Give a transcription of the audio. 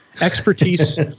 Expertise